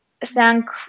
thank